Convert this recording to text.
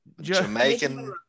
Jamaican